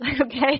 Okay